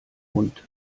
hund